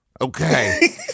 Okay